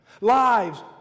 Lives